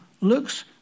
looks